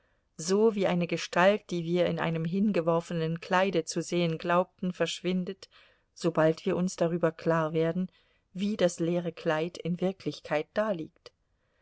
so wie eine gestalt die wir in einem hingeworfenen kleide zu sehen glaubten verschwindet sobald wir uns darüber klarwerden wie das leere kleid in wirklichkeit daliegt